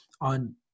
on